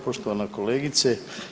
Poštovana kolegice.